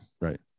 right